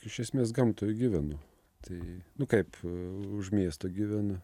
iš esmės gamtoj gyvenu tai nu kaip už miesto gyvenu